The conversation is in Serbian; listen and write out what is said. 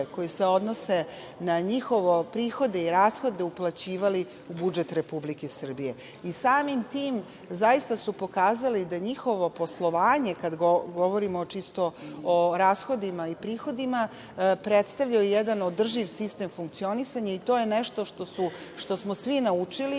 koji se odnose na njihove prihode i rashode uplaćivali u budžet Republike Srbije i samim tim zaista su pokazali da njihovo poslovanje kada govorimo čisto o rashodima i prihodima, predstavljaju jedan održiv sistem funkcionisanja i to je nešto što smo svi naučili